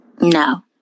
No